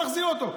בוא נחזיר אותו.